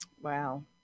Wow